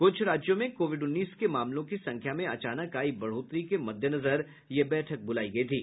कृछ राज्यों में कोविड उन्नीस के मामलों की संख्या में अचानक आयी बढोत्तरी के मद्देनजर यह बैठक बुलायी गई थी